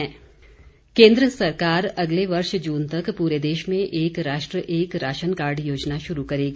योजना केन्द्र सरकार अगले वर्ष जून तक पूरे देश में एक राष्ट्र एक राशन कार्ड योजना लागू करेगी